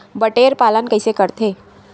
बटेर पालन कइसे करथे?